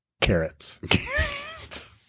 carrots